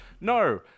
No